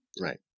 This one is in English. Right